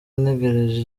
ntegereje